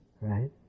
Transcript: right